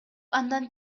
андан